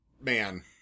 man